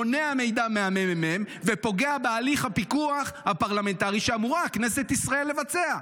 מונע מידע מהממ"מ ופוגע בהליך הפיקוח הפרלמנטרי שכנסת ישראל אמורה לבצע.